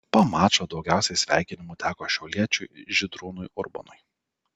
po mačo daugiausiai sveikinimų teko šiauliečiui žydrūnui urbonui